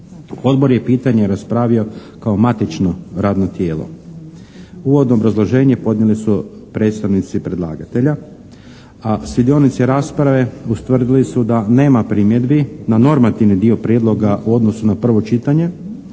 Odbor je pitanje raspravio kao matično radno tijelo. Uvodno obrazloženje podnijeli su predstavnici predlagatelja, a sudionici rasprave ustvrdili su da nema primjedbi na normativni dio prijedloga u odnosu na prvo čitanje